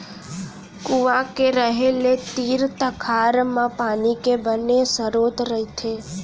कुँआ के रहें ले तीर तखार म पानी के बने सरोत रहिथे